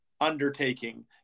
undertaking